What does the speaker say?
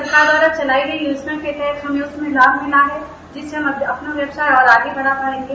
सरकार द्वारा चलाई गई योजना के तहत हमें यह लाभ मिला है जिससे हम अपना व्यवसाय आगे बढ़ा पायेंगे